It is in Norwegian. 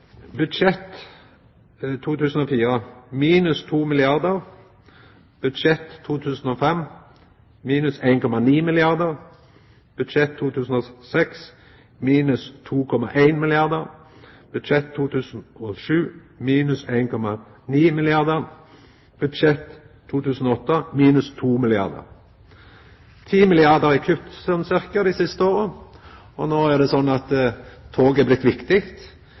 budsjett for 2004 minus 2 milliardar kr, budsjett for 2005 minus 1,9 milliardar kr, budsjett for 2006 minus 2,1 milliardar kr, budsjett for 2007 minus 1,9 milliardar kr og budsjett for 2008 minus 2 milliardar kr. Det er 10 milliardar kr i kutt, ca., dei siste åra. Og no er det slik at tog er blitt viktig.